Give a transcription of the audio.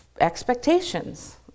expectations